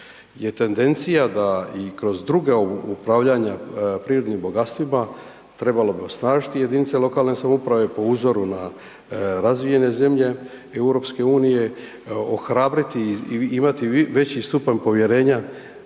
je tendencija da i kroz druga upravljanja prirodnim bogatstvima trebalo bi osnažiti lokalne samouprave po uzoru na razvijene zemlje EU, ohrabriti i imati veći stupanj povjerenja